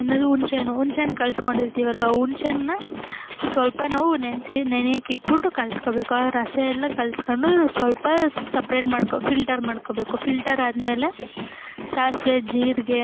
ಏನದು ಹುಣ್ಸೇಹಣ್ಣು ಹುಣ್ಸೇಹಣ್ಣು ಕಲಸ್ಕೊಂಡಿರ್ತೀವಲ್ವ ಆ ಹುಣ್ಸೇ ಹಣ್ಣನ್ನ ಸ್ವಲ್ಪ ನಾವು ನೆನೆಸಿ ನೆನೆಯೋಕ್ಕಿಟ್ಬಿಟ್ಟು ಕಲಸ್ಬೇಕು ಆಗ ರಸ ಎಲ್ಲ ಕಲ್ಸ್ಕೊಂಡು ಸ್ವಲ್ಪ ಸಪ್ರೇಟ್ ಮಾಡಿಕೊ ಫಿಲ್ಟರ್ ಮಾಡ್ಕೊಳ್ಬೇಕು ಫಿಲ್ಟರಾದ್ಮೇಲೆ ಸಾಸಿವೆ ಜೀರಿಗೆ